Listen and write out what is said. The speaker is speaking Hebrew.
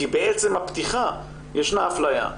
בעצם הפתיחה ישנה אפליה,